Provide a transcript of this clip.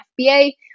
FBA